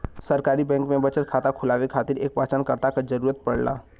सरकारी बैंक में बचत खाता खुलवाये खातिर एक पहचानकर्ता क जरुरत पड़ला